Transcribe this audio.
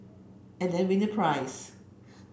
and then win a prize